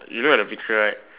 you look at the picture right